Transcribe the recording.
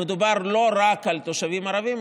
מדובר לא רק על תושבים ערבים,